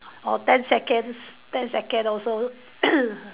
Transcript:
or ten seconds ten second also